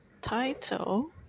title